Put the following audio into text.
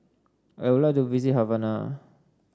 I would like to visit Havana